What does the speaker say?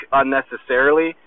unnecessarily